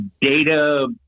Data